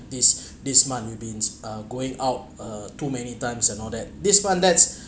this this month you've been uh going out uh too many times and all that this one that's